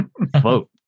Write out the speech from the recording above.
vote